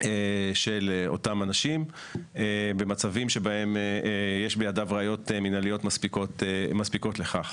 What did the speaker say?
של אותם אנשים במצבים שבהם יש בידיו ראיות מנהליות מספיקות לכך.